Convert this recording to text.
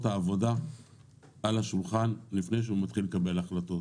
העבודה על השולחן לפני שהוא מתחיל לקבל החלטות,